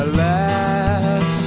Alas